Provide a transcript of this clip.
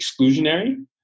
exclusionary